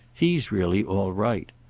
he's really all right.